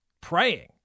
praying